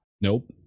Nope